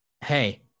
hey